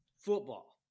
football